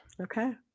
okay